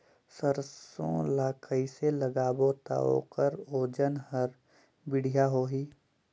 सरसो ला कइसे लगाबो ता ओकर ओजन हर बेडिया होही?